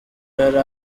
yari